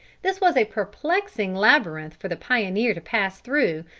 this was a perplexing labyrinth for the pioneer to pass through,